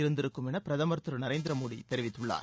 இருந்திருக்கும் என பிரதமர் திரு நரேந்திர மோடி தெரிவித்துள்ளார்